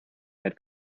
had